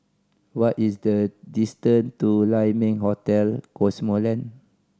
what is the distance to Lai Ming Hotel Cosmoland